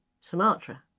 Sumatra